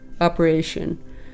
operation